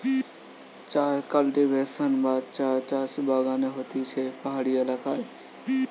চায় কাল্টিভেশন বা চাষ চা বাগানে হতিছে পাহাড়ি এলাকায়